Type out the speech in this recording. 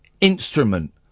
instrument